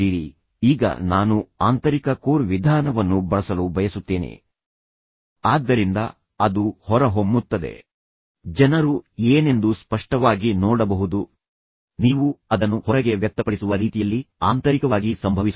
ಈ ಸಂದರ್ಭದಲ್ಲಿ ನೀವು ಶಿಲ್ಪಾ ಮತ್ತು ಕಿಶೋರ್ ಅವರ ನೆರೆಹೊರೆಯವರಾಗಿರುವುದರಿಂದ ನೀವು ಅವರನ್ನು ನಿಮ್ಮ ಮನೆಗೆ ವಾರಾಂತ್ಯದಲ್ಲಿ ಆಹ್ವಾನಿಸುತ್ತೀರಿ ಅವರು ವಿಶ್ರಾಂತಿ ಪಡೆಯುವ ಸಮಯದಲ್ಲಿ ಆಗಿರಬಹುದು ಅಥವಾ ನೀವು ಹುಟ್ಟುಹಬ್ಬದ ಸಂತೋಷಕೂಟವನ್ನು ಸಹ ಏರ್ಪಡಿಸಿ ಮತ್ತು ನಂತರ ಅವರನ್ನು ವಿಶೇಷವಾಗಿ ಆಹ್ವಾನಿಸಿ